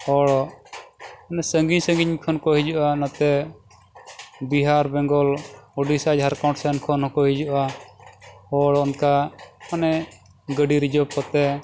ᱦᱚᱲ ᱥᱟᱺᱜᱤᱧ ᱥᱟᱺᱜᱤᱧ ᱠᱷᱚᱱ ᱠᱚ ᱦᱤᱡᱩᱜᱼᱟ ᱱᱚᱛᱮ ᱵᱤᱦᱟᱨ ᱵᱮᱝᱜᱚᱞ ᱳᱰᱤᱥᱟ ᱡᱷᱟᱲᱠᱷᱚᱸᱰ ᱥᱮᱱ ᱠᱷᱚᱱ ᱦᱚᱸᱠᱚ ᱦᱤᱡᱩᱜᱼᱟ ᱦᱚᱲ ᱚᱱᱠᱟ ᱢᱟᱱᱮ ᱜᱟᱹᱰᱤ ᱨᱤᱡᱟᱨᱵᱷ ᱠᱟᱛᱮ